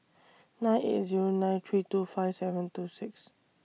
nine eight Zero nine three two five seven two six